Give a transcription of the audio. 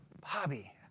Bobby